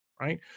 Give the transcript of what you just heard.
right